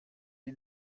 die